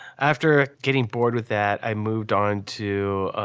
after getting bored with that, i moved on to